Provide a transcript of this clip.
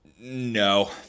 No